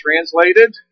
translated